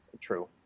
True